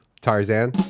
Tarzan